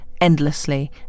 endlessly